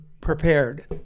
prepared